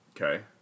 Okay